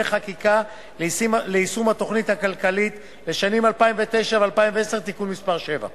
חקיקה ליישום התוכנית הכלכלית לשנים 2009 ו-2010) (תיקון מס' 7),